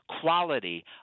quality